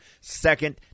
second